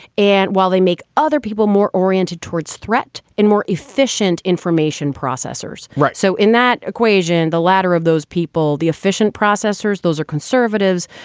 and while they make other people more oriented towards threat and more efficient information processors. right. so in that equation, the latter of those people, the efficient processors, those are conservatives,